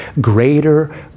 greater